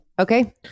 okay